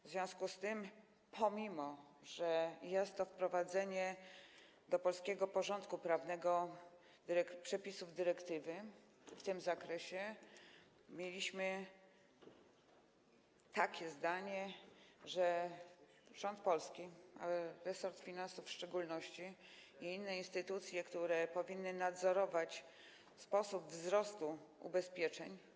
W związku z tym, pomimo że jest to wprowadzenie do polskiego porządku prawnego przepisów dyrektywy w tym zakresie, mieliśmy takie zdanie, że rząd polski, resort finansów w szczególności, i inne instytucje, które powinny nadzorować sposób wzrostu ubezpieczeń.